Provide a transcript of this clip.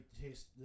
taste